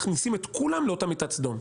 שזה להכניס את כולם לאותה מיטת סדום.